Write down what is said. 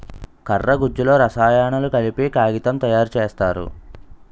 కర్ర గుజ్జులో రసాయనాలు కలిపి కాగితం తయారు సేత్తారు